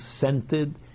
scented